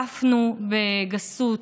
הותקפנו בגסות,